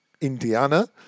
Indiana